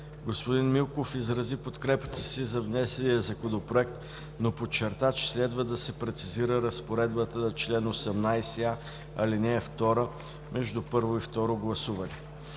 Господин Милков изрази подкрепата си за внесения Законопроект, но подчерта, че следва да се прецизира разпоредбата на чл. 18а, ал. 2 между първо и второ гласуване.